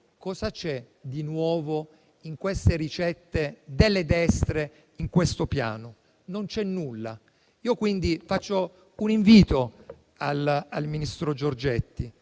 cosa c'è di nuovo in queste ricette delle destre contenute in questo Piano? Non c'è nulla. Rivolgo quindi un invito al ministro Giorgetti: